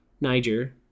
Niger